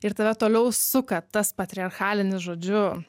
ir tave toliau suka tas patriarchalinis žodžiu